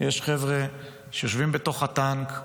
יש חבר'ה שיושבים בתוך הטנק,